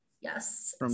Yes